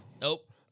Nope